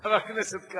חבר הכנסת כץ,